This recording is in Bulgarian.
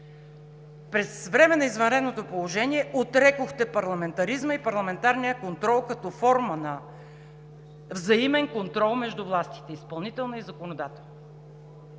През време на извънредното положение отрекохте парламентаризма и парламентарния контрол като форма на взаимен контрол между властите – изпълнителна и законодателна.